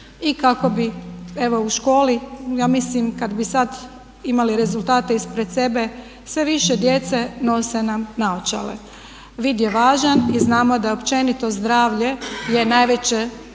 i kako bi evo u školi, ja mislim kad bi sad imali rezultate ispred sebe sve više djece nose nam naočale. Vid je važan i znamo da općenito zdravlje je najveće